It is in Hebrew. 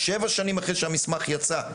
שבע שנים אחרי שהמסמך יצא,